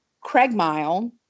Craigmile